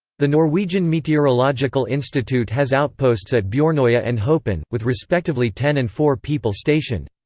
the norwegian meteorological institute has outposts at bjornoya and hopen, with respectively ten and four people stationed.